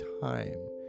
time